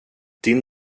din